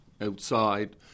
outside